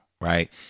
right